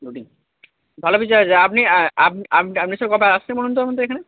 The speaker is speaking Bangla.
ভালো ফিচার আছে আপনি আপনি আসছেন বলুন তো এখানে